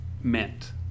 meant